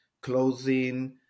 clothing